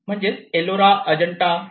म्हणजे Ellora Ajanta Ellora Ajanta